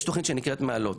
יש תכנית שנקראת מעלות.